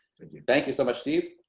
thank you so much, steve.